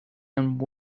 and